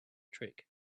trick